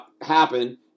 happen